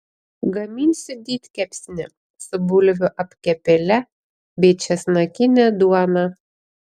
gaminsiu didkepsnį su bulvių apkepėle bei česnakine duona